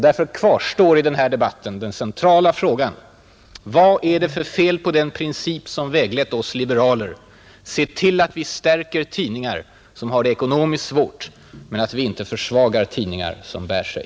Därför kvarstår i den här debatten den centrala frågan: Vad är det för fel på den princip som har väglett oss liberaler, att se till att vi stärker tidningar som har det ekonmiskt svårt men inte försvagar tidningar som bär sig?